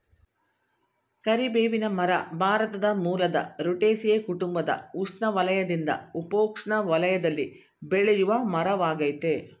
ಕರಿಬೇವಿನ ಮರ ಭಾರತ ಮೂಲದ ರುಟೇಸಿಯೇ ಕುಟುಂಬದ ಉಷ್ಣವಲಯದಿಂದ ಉಪೋಷ್ಣ ವಲಯದಲ್ಲಿ ಬೆಳೆಯುವಮರವಾಗಯ್ತೆ